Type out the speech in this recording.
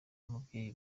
n’umubyeyi